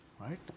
right